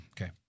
Okay